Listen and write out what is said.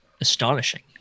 astonishing